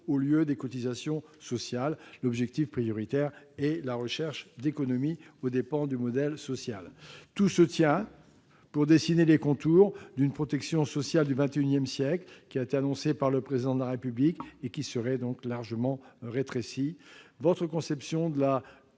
par les cotisations sociales vers l'impôt. L'objectif prioritaire est la recherche d'économies aux dépens du modèle social. Tout se tient pour dessiner les contours d'une protection sociale du XXI siècle, qui a été annoncée par le Président de la République et qui serait donc largement rétrécie. Votre conception de la